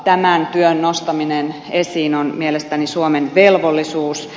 tämän työn nostaminen esiin on mielestäni suomen velvollisuus